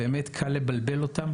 באמת קל לבלבל אותם